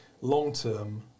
long-term